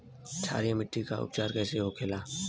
क्षारीय मिट्टी का उपचार कैसे होखे ला?